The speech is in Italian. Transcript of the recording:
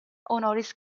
honoris